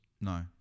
No